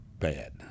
bad